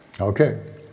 Okay